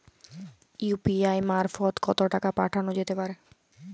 UPI মারফত কত টাকা পাঠানো যেতে পারে?